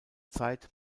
zeit